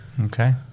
Okay